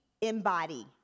embody